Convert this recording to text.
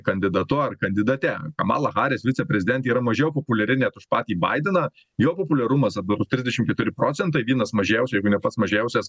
kandidatu ar kandidate kamala haris viceprezidentė yra mažiau populiari net už patį baideną jo populiarumas dabar trisdešim keturi procentai vienas mažiausių jeigu ne pats mažiausias